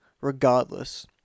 regardless